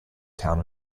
town